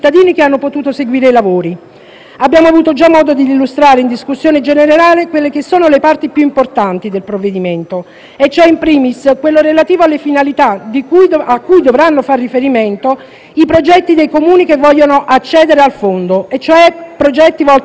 Abbiamo avuto già modo di illustrare in discussione generale le parti più importanti del provvedimento, *in primis* quella relativa alle finalità a cui dovranno far riferimento i progetti dei Comuni che vogliono accedere al fondo, ossia progetti volti a favorire una buona qualità della vita,